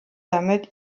damit